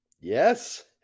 yes